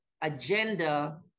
agenda